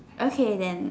okay then